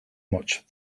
much